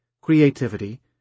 creativity